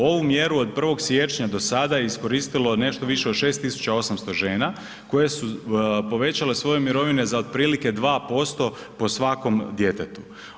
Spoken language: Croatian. Ovu mjeru od 1. siječnja do sada iskoristilo je nešto više od 6800 žena koje su povećale svoje mirovine za otprilike 2% po svakom djetetu.